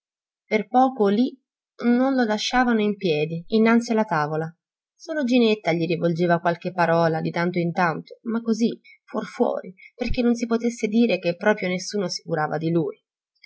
per poco lì non lo lasciavano in piedi innanzi alla tavola solo ginetta gli rivolgeva qualche parola di tanto in tanto ma così fuor fuori perché non si potesse dire che proprio nessuno si curava di lui